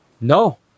No